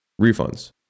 Refunds